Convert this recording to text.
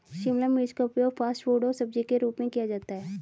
शिमला मिर्च का उपयोग फ़ास्ट फ़ूड और सब्जी के रूप में किया जाता है